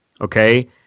okay